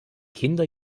kinder